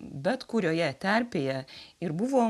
bet kurioje terpėje ir buvo